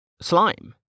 slime